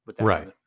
Right